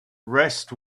rest